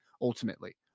ultimately